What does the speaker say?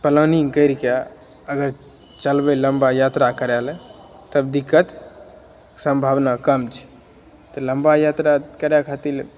planning करिके अगर चलबै लम्बा यात्रा करैला तब दिक्कत संभावना कम छै तऽ लम्बा यात्रा करै खातिर